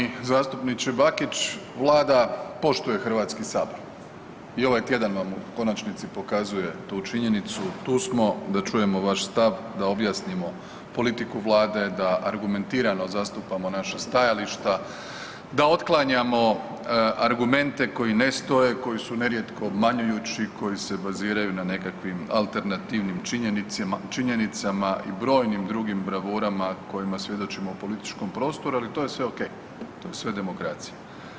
Poštovani zastupniče Bakić, Vlada poštuje Hrvatski sabor i ovaj tjedan vam u konačnici pokazuje tu činjenicu, tu smo da čujemo vaš stav, da objasnimo politiku Vlade, da argumentiramo zastupamo naša stajališta, da otklanjamo argumente koji ne stoje, koji su nerijetko obmanjujući, koji se baziraju na nekakvim alternativnim činjenicama i brojnim drugim bravurama kojima svjedočimo u političkom prostoru, ali to je sve okej, to je sve demokracija.